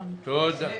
בסדר.